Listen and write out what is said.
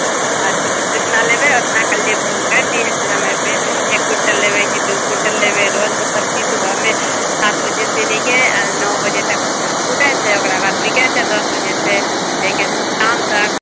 हँ अच्छा जितना लेबै उतना कलहे फोन कऽ दिहे फेर हम एक क्विंटल लेबै कि दू क्विंटल लेबै रोज मतलब कि सुभहमे पाँच बजे से लेके नओ बजे तक टुटै छै ओकरा बाद बिकै छै दश बजे से लेके शाम तक